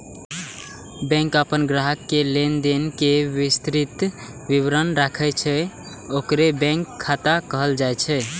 bank अपन ग्राहक के लेनदेन के विस्तृत विवरण राखै छै, ओकरे बैंक खाता कहल जाइ छै